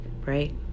right